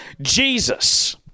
Jesus